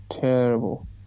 terrible